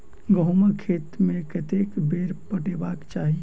गहुंमक खेत केँ कतेक बेर पटेबाक चाहि?